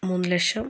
മൂന്ന് ലക്ഷം